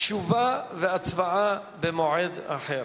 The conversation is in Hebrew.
תשובה והצבעה במועד אחר.